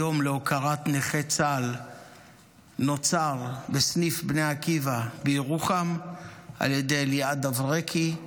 היום להוקרת נכי צה"ל נוצר בסניף בני עקיבא בירוחם על ידי אליעד אברקי,